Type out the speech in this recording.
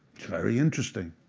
very interesting.